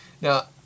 Now